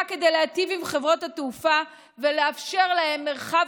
נקבעה כדי להיטיב עם חברות התעופה ולאפשר להן מרחב